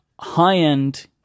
high-end